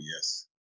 yes